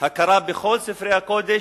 "הכרה בכל ספרי הקודש",